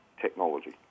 technology